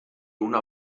una